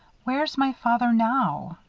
where's my father now?